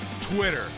twitter